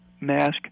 mask